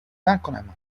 zákonem